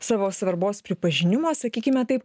savo svarbos pripažinimo sakykime taip